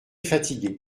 fatigué